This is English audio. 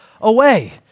away